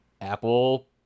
Apple